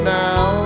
now